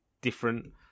different